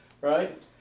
right